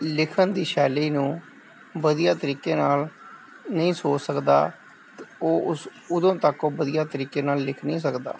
ਲਿਖਣ ਦੀ ਸ਼ੈਲੀ ਨੂੰ ਵਧੀਆ ਤਰੀਕੇ ਨਾਲ ਨਹੀਂ ਸੋਚ ਸਕਦਾ ਤਾਂ ਉਹ ਉਸ ਉਦੋਂ ਤੱਕ ਉਹ ਵਧੀਆ ਤਰੀਕੇ ਨਾਲ ਲਿਖ ਨਹੀਂ ਸਕਦਾ